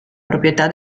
proprietà